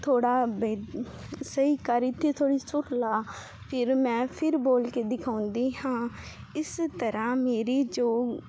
ਥੋੜ੍ਹਾ ਬੇ ਸਹੀ ਕਰ ਇੱਥੇ ਥੋੜ੍ਹੀ ਸੁਰ ਲਗਾ ਫਿਰ ਮੈਂ ਫਿਰ ਬੋਲ ਕੇ ਦਿਖਾਉਂਦੀ ਹਾਂ ਇਸ ਤਰ੍ਹਾਂ ਮੇਰੀ ਜੋ